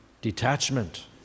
detachment